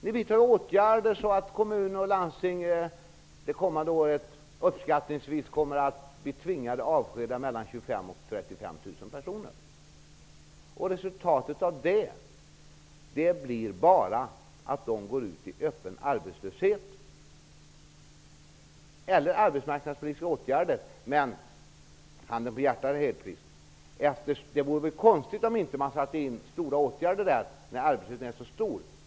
Ni vidtar åtgärder så att kommuner och landsting det kommande året uppskattningsvis kommer att tvingas att avskeda mellan 25 000 och 35 000 personer. Resultatet av det blir bara att dessa personer går ut i öppen arbetslöshet eller att de får del av arbetsmarknadspolitiska åtgärder. Handen på hjärtat, herr Hedquist: det vore väl konstigt om man inte satte in kraftfulla åtgärder när arbetslösheten är så stor?